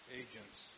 agents